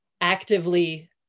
actively